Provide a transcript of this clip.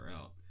out